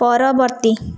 ପରବର୍ତ୍ତୀ